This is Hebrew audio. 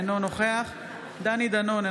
אינו נוכח דני דנון,